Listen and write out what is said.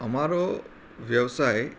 અમારો વ્યવસાય